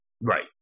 Right